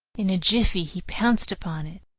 in a jiffy he pounced upon it.